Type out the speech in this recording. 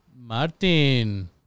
Martin